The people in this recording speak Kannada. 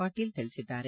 ಪಾಟೀಲ್ ತಿಳಿಸಿದ್ದಾರೆ